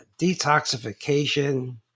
detoxification